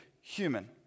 human